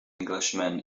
englishman